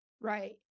Right